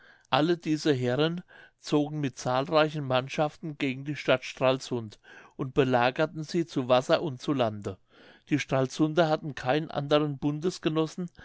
alle diese herren zogen mit zahlreichen mannschaften gegen die stadt stralsund und belagerten sie zu wasser und zu lande die stralsunder hatten keinen anderen